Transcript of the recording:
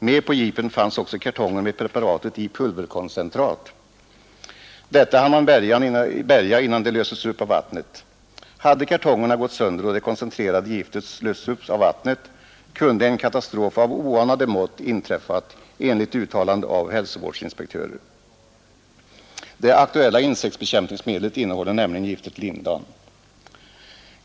Med på jeepen fanns också kartonger med preparatet i pulverkoncentrat. Detta hann man bärga innan det löstes upp av vattnet. Hade kartongerna gått sönder och det koncentrerade giftet lösts upp av vattnet, kunde en katastrof av oanade mått ha inträffat, enligt uttalande av hälsovårdsinspektörer. Det aktuella insektsbekämpningsmedlet innehåller nämligen giftet lindan.